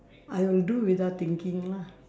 I will do without thinking lah